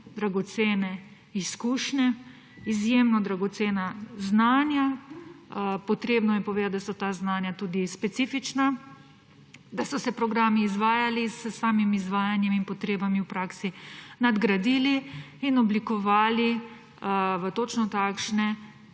dragocene izkušnje, izjemno dragocena znanja. Treba je povedati, da so ta znanja tudi specifična, da so se programi izvajali, z izvajanjem in potrebami v praksi nadgradili in oblikovali v točno takšne,